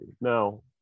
Now